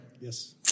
Yes